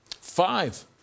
Five